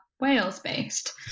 Wales-based